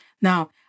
Now